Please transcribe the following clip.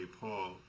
Paul